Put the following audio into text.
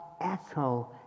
echo